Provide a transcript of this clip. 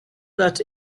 that